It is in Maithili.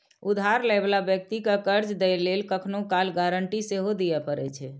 उधार लै बला व्यक्ति कें कर्ज दै लेल कखनहुं काल गारंटी सेहो दियै पड़ै छै